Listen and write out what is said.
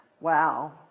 wow –